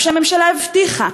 אף שהממשלה הבטיחה,